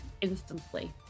instantly